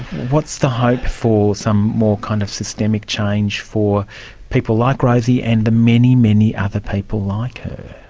what's the hope for some more kind of systemic change for people like rosie and the many, many other people like her?